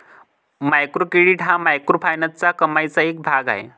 micro credit हा microfinance कमाईचा एक भाग आहे